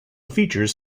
features